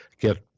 get